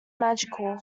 magical